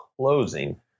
closing